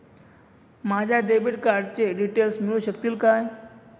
माझ्या डेबिट कार्डचे डिटेल्स मिळू शकतील का?